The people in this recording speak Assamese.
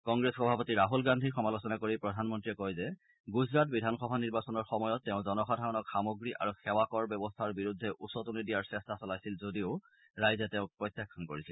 কংগ্ৰেছ সভাপতি ৰাহুল গান্ধীৰ সমালোচনা কৰি প্ৰধানমন্ত্ৰীয়ে কয় যে গুজৰাট বিধানসভা নিৰ্বাচনৰ সময়ত তেওঁ জনসাধাৰণক সামগ্ৰী আৰু সেৱাকৰ ব্যৱস্থাৰ বিৰুদ্ধে উচটনি দিয়াৰ চেষ্টা চলাইছিল যদিও ৰাইজে তেওঁক প্ৰত্যাখান কৰিছিল